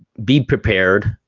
be prepared.